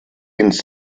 ins